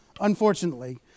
unfortunately